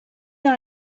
dans